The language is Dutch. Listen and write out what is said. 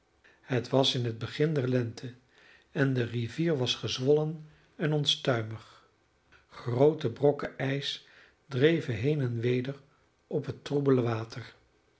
het was in het begin der lente en de rivier was gezwollen en onstuimig groote brokken ijs dreven heen en weder op het troebele water